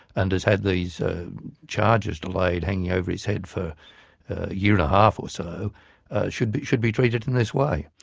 and has had these ah charges delayed, hanging over his head for a year and a half or so should should be treated in this way.